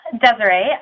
Desiree